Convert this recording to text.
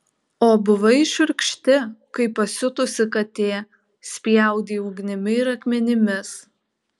o buvai šiurkšti kaip pasiutusi katė spjaudei ugnimi ir akmenimis